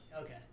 Okay